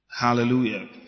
Hallelujah